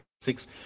six